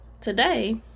today